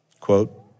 quote